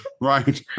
Right